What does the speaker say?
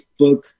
Facebook